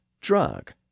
drug